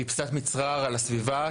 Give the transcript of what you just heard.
היא פצצת מצרר על הסביבה,